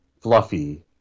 Fluffy